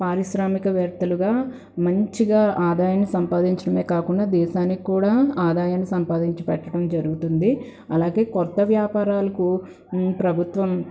పారిశ్రామికవేత్తలుగా మంచిగా ఆదాయాన్ని సంపాదించడమే కాకుండా దేశానికి కూడా ఆదాయాన్ని సంపాదించి పెట్టడం జరుగుతుంది అలాగే కొత్త వ్యాపారాలుకు ప్రభుత్వం